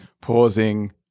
pausing